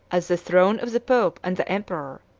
as the throne of the pope and the emperor,